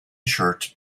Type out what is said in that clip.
shirt